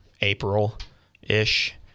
April-ish